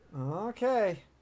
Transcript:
Okay